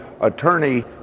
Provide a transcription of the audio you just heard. attorney